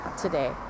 today